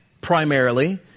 Primarily